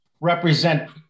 represent